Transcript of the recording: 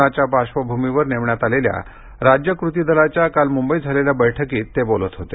कोरोनाच्या पार्श्वभूमीवर नेमण्यात आलेल्या राज्य कृती दलाच्या काल मुंबईत झालेल्या बैठकीत ते बोलत होते